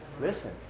Listen